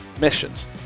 missions